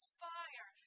fire